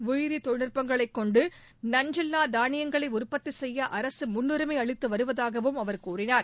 உயிரி தொழில்நுட்பங்களைக் கொண்டு நஞ்சில்லா தானியங்களை உற்பத்தி செய்ய அரசு முன்னுரிமை அளித்து வருவதாகவும் அவர் கூறினார்